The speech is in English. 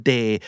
Day